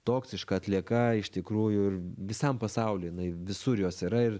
toksiška atlieka iš tikrųjų ir visam pasauliui jinai visur jos yra ir